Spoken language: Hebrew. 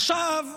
עכשיו,